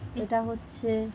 এটা হচ্ছে